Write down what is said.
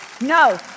no